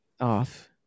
Off